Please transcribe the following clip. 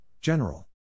General